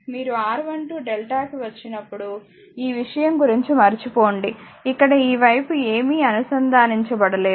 మీరు R12డెల్టా కి వచ్చినప్పుడు ఈ విషయం గురించి మరచిపోండి ఇక్కడ ఈ వైపు ఏమీ అనుసంధానించబడలేదు